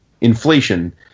inflation